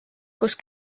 kus